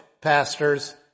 pastors